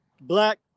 Black